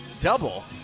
double